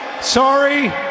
sorry